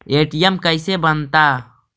ATM कैसे बनता?